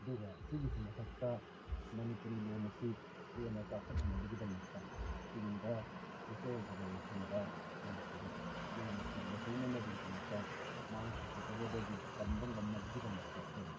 ꯑꯗꯨꯒ ꯑꯁꯤꯒꯤꯁꯨ ꯃꯊꯛꯇ ꯃꯅꯤꯄꯨꯔꯤ ꯂꯣꯟ ꯑꯁꯤ ꯍꯦꯟꯅ ꯆꯥꯎꯈꯠꯅꯅꯕꯒꯤꯗꯃꯛꯇ ꯇꯨꯡꯗ ꯐ꯭ꯌꯨꯆꯔ ꯖꯦꯅꯦꯔꯦꯁꯟꯗ ꯃꯅꯤꯄꯨꯔꯤꯒꯤ ꯂꯣꯟ ꯑꯁꯤ ꯂꯩꯍꯧꯅꯅꯕꯒꯤꯗꯃꯛꯇ ꯃꯥꯡꯈꯤꯒꯗꯕꯗꯒꯤ ꯀꯟꯕ ꯉꯝꯅꯕꯒꯤꯗꯃꯛꯇ ꯑꯩꯈꯣꯏꯅ